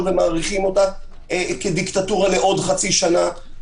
ומאריכים את זה כדיקטטורה לעוד חצי שנה,